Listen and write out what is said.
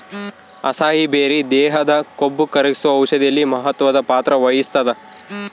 acai berry ದೇಹದ ಕೊಬ್ಬುಕರಗ್ಸೋ ಔಷಧಿಯಲ್ಲಿ ಮಹತ್ವದ ಪಾತ್ರ ವಹಿಸ್ತಾದ